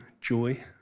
joy